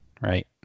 right